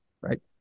right